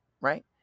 right